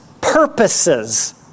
purposes